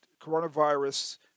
coronavirus